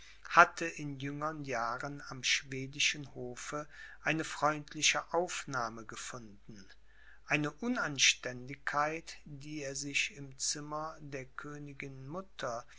hatte in jüngern jahren am schwedischen hofe eine freundschaftliche aufnahme gefunden eine unanständigkeit die er sich im zimmer der königin mutter